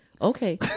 okay